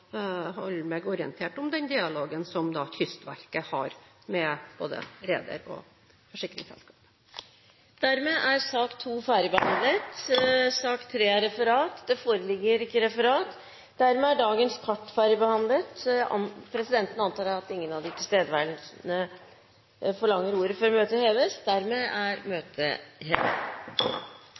forsikringsselskap. Dermed er sak nr. 2 ferdigbehandlet. Det foreligger ikke noe referat. Dermed er dagens kart ferdigbehandlet. Forlanger noen ordet før møtet heves? – Møtet er hevet.